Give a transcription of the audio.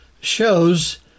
shows